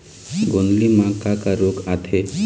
गोंदली म का का रोग आथे?